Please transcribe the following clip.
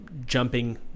jumping